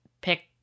pick